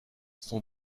son